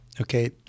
okay